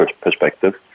perspective